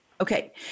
Okay